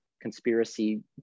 conspiracy